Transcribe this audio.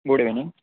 good evening